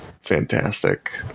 fantastic